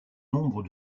nombre